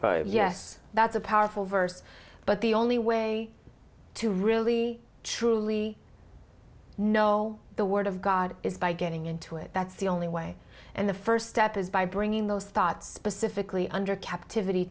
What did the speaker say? yes that's a powerful verse but the only way to really truly no the word of god is by getting into it that's the only way and the first step is by bringing those thoughts specifically under captivity